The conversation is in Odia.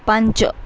ପାଞ୍ଚ